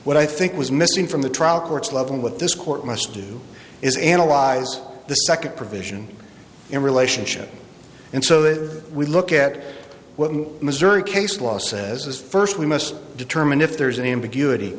what i think was missing from the trial court's level with this court must do is analyze the second provision in relationship and so that we look at what the missouri case law says is first we must determine if there is any ambiguity